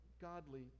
godly